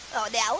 oh, no,